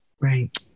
right